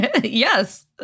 Yes